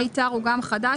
מיתר הוא גם חדש.